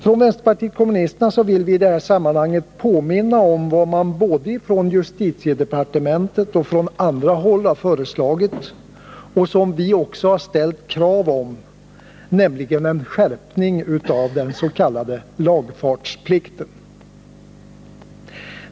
Från vänsterpartiet kommunisterna vill vi i detta sammanhang påminna om vad man från justitiedepartementet och från andra håll föreslagit — och vad vi också ställt krav om — nämligen en skärpning av den s.k. lagfartsplikten.